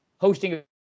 hosting